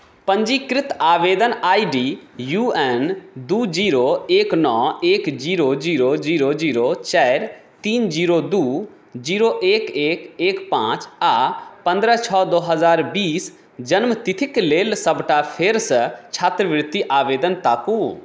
पञ्जीकृत आवेदन I D U N दू जीरो एक नओ एक जीरो जीरो जीरो जीरो चारि तीन जीरो दू जीरो एक एक एक पाँच आ पन्द्रह छओ दू हजार बीस जन्मतिथिक लेल सभटा फेरसँ छात्रवृत्ति आवेदन ताकू